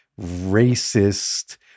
racist